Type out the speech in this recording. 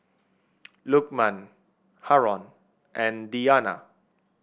Lukman Haron and Diyana